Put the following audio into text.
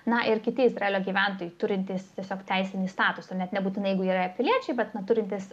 na ir kiti izraelio gyventojai turintys tiesiog teisinį statusą net nebūtinai jeigu yra piliečiai bet na turintys